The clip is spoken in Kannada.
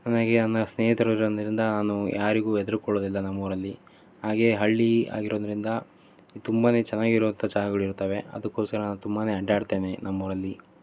ನನಗೆ ನನ್ನ ಸ್ನೇಹಿತರು ಇರೋದ್ರಿಂದ ನಾನು ಯಾರಿಗೂ ಹೆದ್ರಿಕೊಳ್ಳುದಿಲ್ಲ ನಮ್ಮೂರಲ್ಲಿ ಹಾಗೇ ಹಳ್ಳಿ ಆಗಿರೋದರಿಂದ ತುಂಬ ಚೆನ್ನಾಗಿರುವಂತ ಜಾಗಗಳು ಇರ್ತವೆ ಅದಕ್ಕೋಸ್ಕರ ನಾನು ತುಂಬ ಅಡ್ಡಾಡ್ತೇನೆ ನಮ್ಮೂರಲ್ಲಿ